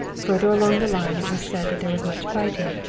further along the line it was said that there was much fighting.